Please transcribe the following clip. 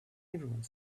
everyone